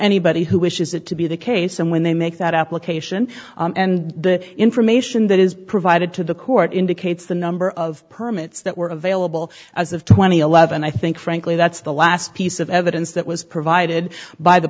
anybody who wishes it to be the case and when they make that application and the information that is provided to the court indicates the number of permits that were available as of twenty eleven i think frankly that's the last piece of evidence that was provided by the